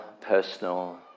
personal